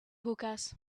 hookahs